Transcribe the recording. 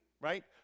right